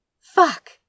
Fuck